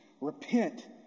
repent